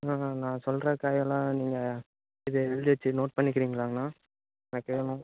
அண்ணா நான் சொல்கிற காய்யெல்லாம் நீங்கள் இது எழுதி வைச்சி நோட் பண்ணிக்கிறீங்களாங்கண்ணா எனக்கு வேணும்